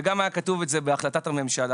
וזה גם היה כתוב בהחלטת הממשלה